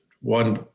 one